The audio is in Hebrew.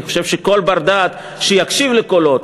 אני חושב שכל בר-דעת שיקשיב לקולות,